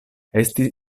esti